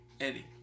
Eddie